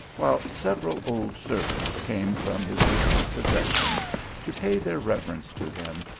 while several old servants came from his distant possessions to pay their reverence to him,